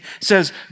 says